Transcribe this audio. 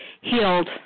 healed